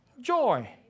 joy